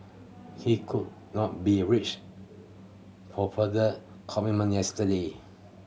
he could not be reached for further comment yesterday